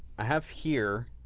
i have here,